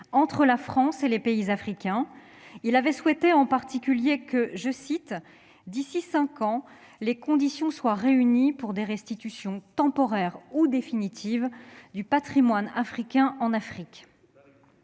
entre la France et les pays africains. Il avait souhaité notamment que « d'ici à cinq ans, les conditions soient réunies pour des restitutions temporaires ou définitives du patrimoine africain en Afrique ».